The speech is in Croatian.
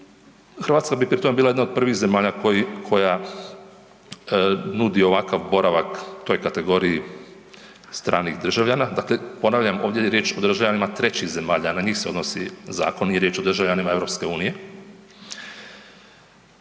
Hrvatska bi pri tom bila jedna od prvih zemalja koja nudi ovakav boravak toj kategoriji stranih državljana, dakle ponavljam ovdje je riječ o državljanima trećih zemalja na njih se odnosi zakon, nije riječ o državljanima EU.